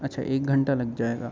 اچھا ایک گھنٹہ لگ جائے گا